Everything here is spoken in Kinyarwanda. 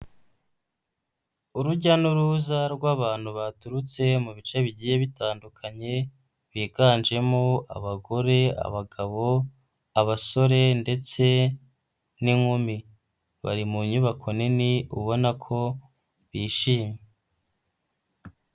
rUujya n'uruza rw'abantu baturutse mu bice bigiye bitandukanye biganjemo abagore, abagabo, abasore ndetse n'inkumi, bari mu nyubako nini ubona ko bishimye.